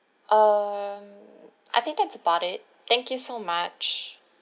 um I think that's about it thank you so much